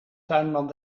tuinman